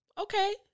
okay